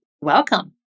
welcome